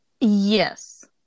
Yes